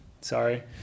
sorry